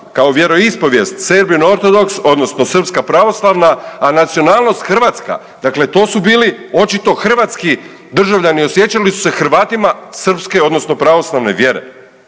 kao vjeroispovijest serbian otrodoks, odnosno srpska pravoslavna, a nacionalnost hrvatska, dakle to su bili očito hrvatski državljani, osjećali su se Hrvatima srpske odnosno pravoslavne vjere,